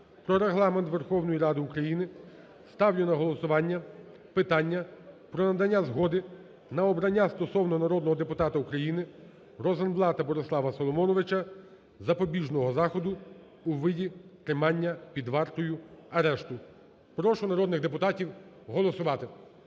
Прошу народних депутатів голосувати.